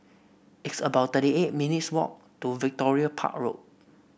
it's about thirty eight minutes' walk to Victoria Park Road